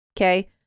Okay